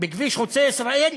בכביש חוצה-ישראל,